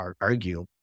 argue